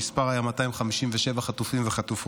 המספר היה 257 חטופים וחטופות.